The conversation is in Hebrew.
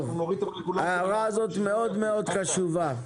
ההערה הזאת מאוד חשובה.